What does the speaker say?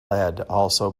also